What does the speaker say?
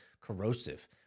corrosive